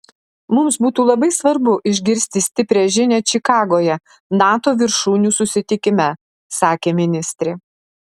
mums būtų labai svarbu išgirsti stiprią žinią čikagoje nato viršūnių susitikime sakė ministrė